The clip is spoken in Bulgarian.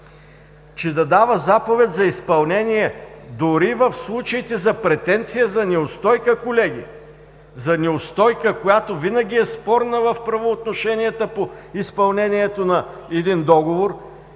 че да дава заповед за изпълнение дори в случаите на претенция за неустойка, колеги, за неустойка, която винаги е спорна в правоотношенията по изпълнението на един договор,